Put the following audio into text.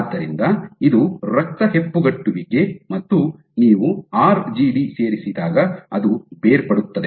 ಆದ್ದರಿಂದ ಇದು ರಕ್ತ ಹೆಪ್ಪುಗಟ್ಟುವಿಕೆ ಮತ್ತು ನೀವು ಆರ್ಜಿಡಿ ಸೇರಿಸಿದಾಗ ಅದು ಬೇರ್ಪಡುತ್ತದೆ